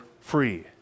free